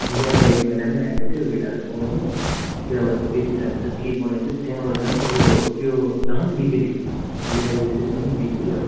ल्याएको एक महिनामै आएको थियो केटाहरू त बनाउनु त्यहाँबाट त्यो केटाहरू त के बनाइदियो त्यहाँबाट झन् त्यो त्यो झन् बिग्र्यो ल्याए पछि चाहिँ झन् बिग्र्यो